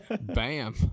Bam